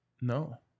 No